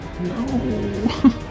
No